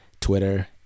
Twitter